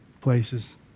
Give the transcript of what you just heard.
places